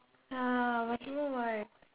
uh why haven't why